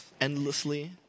endlessly